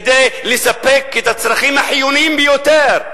כדי לספק את הצרכים החיוניים ביותר.